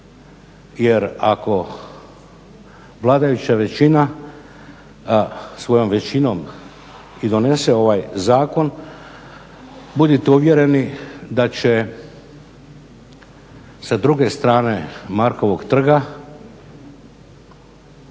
jer ako vladajuća većina svojom većinom i donese ovaj zakon, budite uvjereni da će sa druge strane Markovog trga